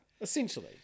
essentially